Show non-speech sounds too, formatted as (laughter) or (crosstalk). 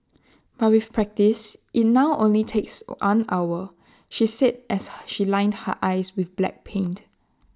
but with practice IT now only takes (hesitation) one hour she said as (hesitation) she lined her eyes with black paint